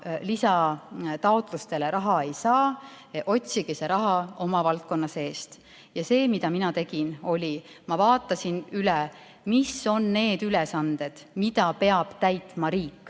lisataotlustele raha ei saa, otsige see raha oma valdkonna seest. Ja mida ma tegin? Ma vaatasin üle, mis on need ülesanded, mida peab täitma riik,